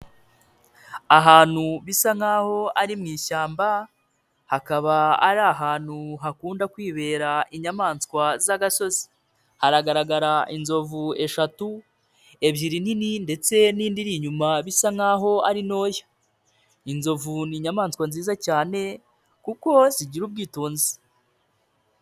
Ahantu bisa nkaho ari mu ishyamba hakaba ari ahantu hakunda kwibera inyamaswa z'agasozi, haragaragara inzovu eshatu ebyiri nini ndetse n'indi iri inyuma bisa nkaho ari ntoya, inzovu ni inyamaswa nziza cyane kuko zigira ubwitonzi.